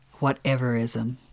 whateverism